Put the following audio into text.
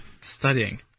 studying